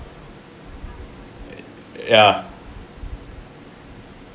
uh ya